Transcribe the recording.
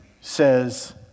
says